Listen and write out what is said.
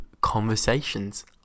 conversations